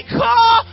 call